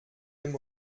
dem